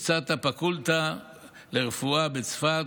לצד הפקולטה לרפואה בצפת,